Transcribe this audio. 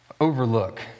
overlook